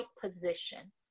position